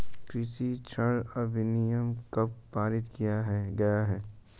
कृषि ऋण अधिनियम कब पारित किया गया?